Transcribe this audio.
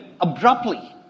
abruptly